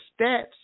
stats